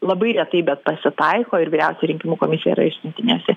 labai retai bet pasitaiko ir vyriausioji rinkimų komisija yra išsiuntinėjusi